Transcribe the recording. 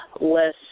less